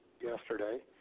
yesterday